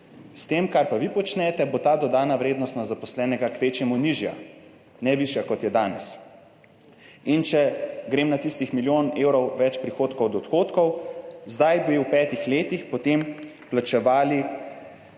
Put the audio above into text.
S tem, kar pa vi počnete, bo ta dodana vrednost na zaposlenega kvečjemu nižja, ne višja kot je danes. Če grem na tistih milijon evrov več prihodkov od odhodkov. Zdaj bi v petih letih potem plačevali